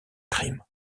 crime